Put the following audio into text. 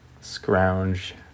scrounge